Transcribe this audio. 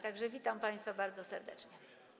Tak że witam państwa bardzo serdecznie.